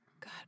God